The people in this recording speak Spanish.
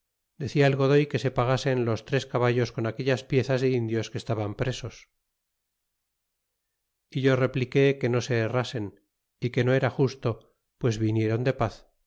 decia el godoy que se pagasen los tres caballos con aquellas piezas de indios que estaban presos é yo repliqué que no se herrasen y que no era justo pues vinieron de paz